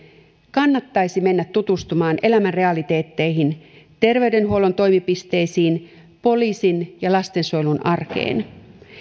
kannattaisi mennä tutustumaan elämän realiteetteihin terveydenhuollon toimipisteisiin poliisin ja lastensuojelun arkeen